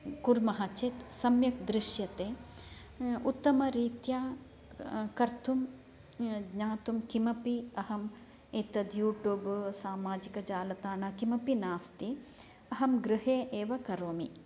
कुर्मः चेत् सम्यक् दृश्यते उत्तमरीत्या कर्तुं ज्ञातुं किमपि अहं एतद् यूट्यूब् सामाजिकजालतान किमपि नास्ति अहं गृहे एव करोमि